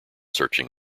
searching